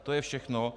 To je všechno.